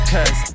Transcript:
Cause